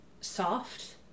soft